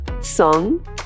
song